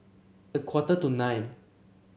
a quarter to nine